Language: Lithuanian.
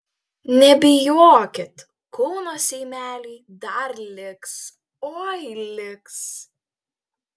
nebijokit kauno seimeliui dar liks oi liks